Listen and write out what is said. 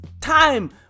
time